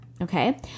okay